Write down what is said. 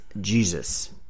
Jesus